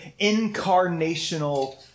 incarnational